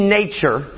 nature